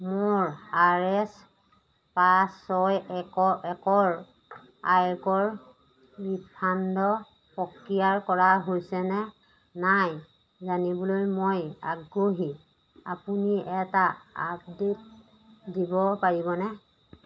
মোৰ R S পাঁচ ছয় এক একৰ আয়কৰ ৰিফাণ্ডৰ প্ৰক্ৰিয়া কৰা হৈছে নে নাই জানিবলৈ মই আগ্ৰহী আপুনি এটা আপডেট দিব পাৰিবনে